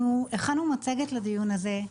אנחנו הגנו מצגת לדיון הזה.